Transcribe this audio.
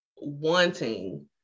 wanting